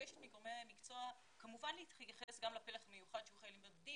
מבקשת מגורמי המקצוע כמובן להתייחס גם לפלח המיוחד שהוא חיילים בודדים